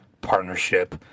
partnership